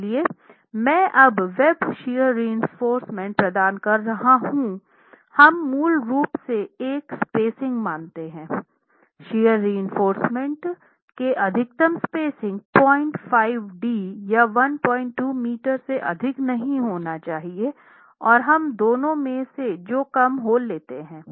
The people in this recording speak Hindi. इसलिए मैं अब वेब शियर रीइनफोर्रसमेंट प्रदान कर रहा हूं हम मूल रूप से एक स्पेसिंग मानते हैं शियर रीइनफोर्रसमेंट के अधिकतम स्पेसिंग 05d या 12 मीटर से अधिक नहीं होना चाहिए और हम दोनों में से जो कम हो लेते हैं